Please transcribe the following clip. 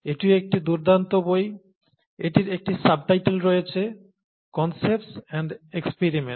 এটিও একটি দুর্দান্ত বই এটির একটি সাবটাইটেল রয়েছে 'Concepts and Experiments'